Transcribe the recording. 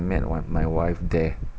met my my wife there